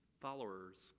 followers